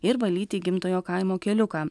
ir valyti gimtojo kaimo keliuką